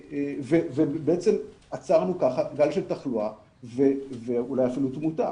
ובעצם כך עצרנו גל של תחלואה ואולי אפילו תמותה.